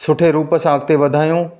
सुठे रूप सां अॻिते वधायूं